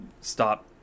stop